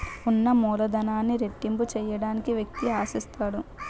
ఉన్న మూలధనాన్ని రెట్టింపు చేయడానికి వ్యక్తి ఆశిస్తాడు